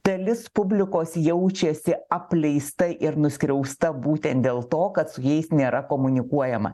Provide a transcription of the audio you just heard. dalis publikos jaučiasi apleista ir nuskriausta būtent dėl to kad su jais nėra komunikuojama